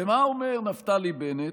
ומה אומר נפתלי בנט?